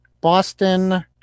Boston